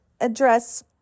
address